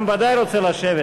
גם הוא בוודאי רוצה לשבת.